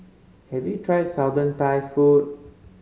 have you tried Southern Thai food